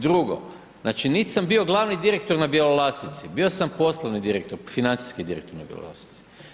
Drugo, znači nit sam bio glavni direktor na Bjelolasici, bio sam poslovni direktor, financijski direktor na Bjelolasici.